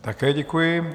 Také děkuji.